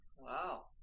Wow